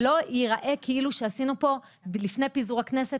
שלא ייראה כאילו שעשינו פה לפני פיזור הכנסת